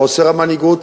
של חוסר מנהיגות.